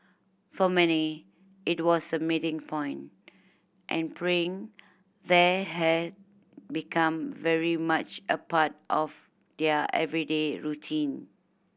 for many it was a meeting point and praying there had become very much a part of their everyday routine